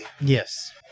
Yes